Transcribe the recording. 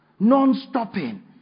non-stopping